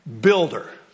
builder